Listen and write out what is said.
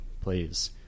please